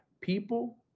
people